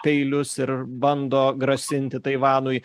peilius ir bando grasinti taivanui